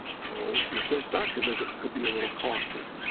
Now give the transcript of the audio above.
so, your first doctor visit could be a little costly.